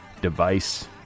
device